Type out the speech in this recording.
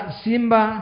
simba